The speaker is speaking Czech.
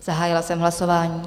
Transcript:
Zahájila jsem hlasování.